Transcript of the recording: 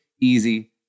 easy